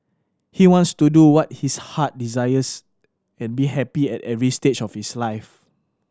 he wants to do what his heart desires and be happy at every stage of his life